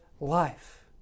life